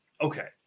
Okay